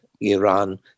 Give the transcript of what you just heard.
Iran